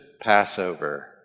Passover